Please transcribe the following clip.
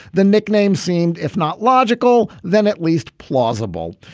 the nickname seemed, if not logical, then at least plausible.